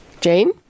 Jane